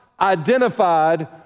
identified